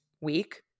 week